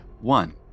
one